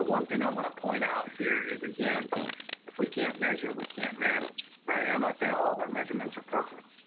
one thing i want to point out here is, again if we can't measure, we can't manage, right. and i'm not saying all of our measurements are perfect,